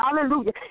Hallelujah